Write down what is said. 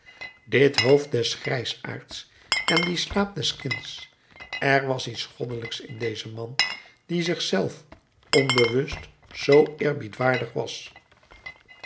dit hoofd des grijsaards en dien slaap des kinds er was iets goddelijks in dezen man die zich zelf onbewust zoo eerbiedwaardig was